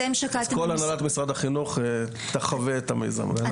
כל הנהלת משרד החינוך תחווה את המיזם הזה.